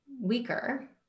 weaker